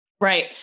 Right